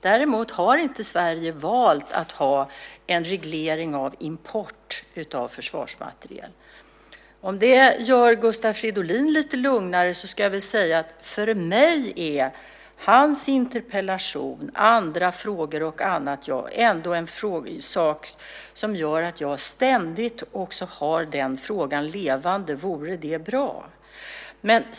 Däremot har Sverige inte valt att ha en reglering av import av försvarsmateriel. Om det gör Gustav Fridolin lite lugnare kan jag säga att hans interpellation liksom andra frågor innebär att frågan om vad som vore bra ständigt är levande för mig.